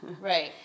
right